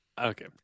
Okay